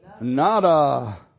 Nada